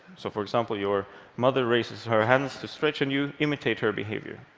so for example, your mother raises her hands to stretch, and you imitate her behavior.